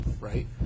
right